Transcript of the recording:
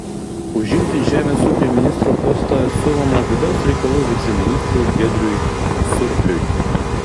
užimti žemės ūkio ministro postą siūloma vidaus reikalų viceministrui giedriui surpliui